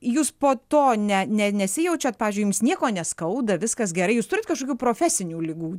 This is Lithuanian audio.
jūs po to ne ne nesijaučiat pavyzdžiui jums nieko neskauda viskas gerai jūs turit kažkokių profesinių ligų